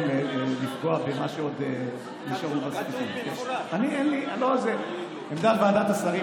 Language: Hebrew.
לפגוע במה שעוד נשאר בו ------ עמדת ועדת השרים